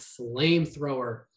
flamethrower